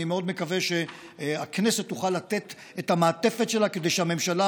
אני מאוד מקווה שהכנסת תוכל לתת את המעטפת שלה כדי שהממשלה,